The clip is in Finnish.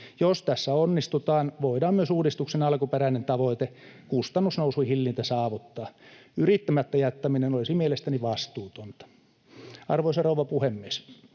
Jos tässä onnistutaan, voidaan myös uudistuksen alkuperäinen tavoite, kustannusnousun hillintä, saavuttaa. Yrittämättä jättäminen olisi mielestäni vastuutonta. Arvoisa rouva puhemies!